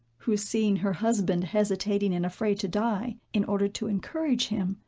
who seeing her husband hesitating and afraid to die, in order to encourage him,